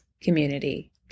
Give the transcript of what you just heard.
community